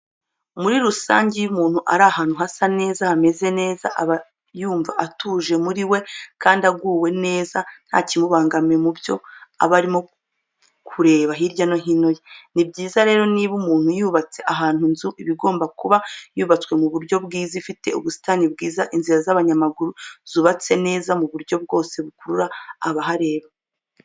Muri rusange iyo umuntu ari ahantu hasa neza, hameze neza aba umva atuje muri we kandi aguwe neza ntakimubangamiye mu byo aba arimo kureba hirya no hino ye. Ni byiza rero niba umuntu yubatse ahantu inzu iba igomba kuba yubatswe mu buryo bwiza, ifite ubusitani bwiza, inzira z'abanyamaguru zubatse neza mu buryo bwose bukurura abahareba.